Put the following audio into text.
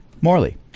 Morley